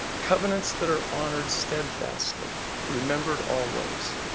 covenants that are honored steadfastly, remembered always,